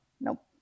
Nope